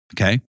okay